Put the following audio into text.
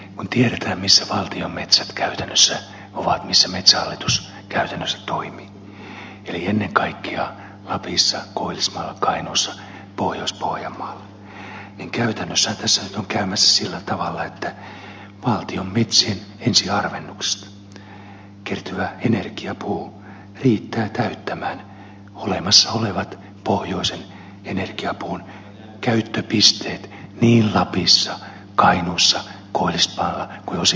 kun tiedetään missä valtion metsät käytännössä ovat missä metsähallitus käytännössä toimii eli ennen kaikkea lapissa koillismaalla kainuussa pohjois pohjanmaalla niin käytännössähän tässä nyt on käymässä sillä tavalla että valtion metsien ensiharvennuksista kertyvä energiapuu riittää täyttämään olemassa olevat pohjoisen energiapuun käyttöpisteet niin lapissa kainuussa koillismaalla kuin osittain pohjois pohjanmaallakin